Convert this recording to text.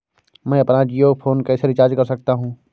मैं अपना जियो फोन कैसे रिचार्ज कर सकता हूँ?